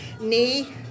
Knee